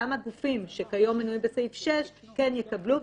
גם הגופים שכיום מנויים בסעיף 6 כן יקבלו,